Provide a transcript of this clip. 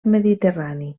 mediterrani